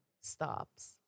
stops